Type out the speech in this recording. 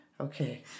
okay